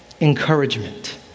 encouragement